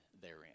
therein